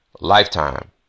Lifetime